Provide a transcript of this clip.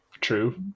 True